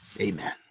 Amen